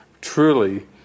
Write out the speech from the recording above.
truly